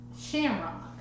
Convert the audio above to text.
Shamrock